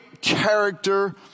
character